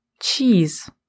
Cheese